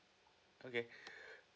okay